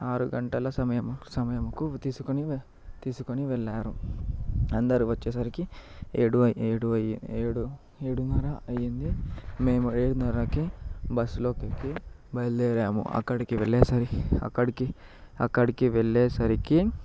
ఆరు గంటల సమయం సమయంకు తీసుకొని తీసుకొని వెళ్ళారు అందరు వచ్చేసరికి ఏడు ఏడు ఏడు ఏడున్నర అయ్యింది మేము ఏడున్నరకి బస్సులోకి ఎక్కి బయలుదేరాము అక్కడికి వెళ్ళేసరికి అక్కడికి అక్కడికి వెళ్ళేసరికి